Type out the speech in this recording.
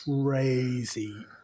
crazy